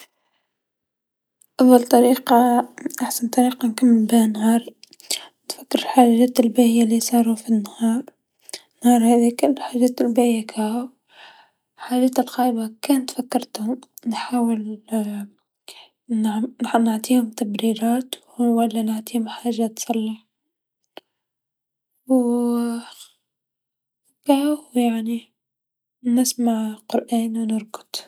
أول طريقه أحسن طريقه نكمل بيها نهاري نتفكر حاجات الباهيا لصارو في النهار، نهار هاذيك كانو حاجات الباهيا كاو، حاجات الخايبا كان تفكرتهم نحاول نعطيهم تبريرات و لا نعطيهم حاجه تصلحهم و كاو يعني نسمع قرآن و نرقد.